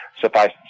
suffice